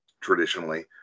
traditionally